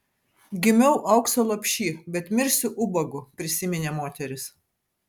gimiau aukso lopšy bet mirsiu ubagu prisiminė moteris